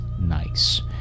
nice